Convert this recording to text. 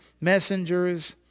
messengers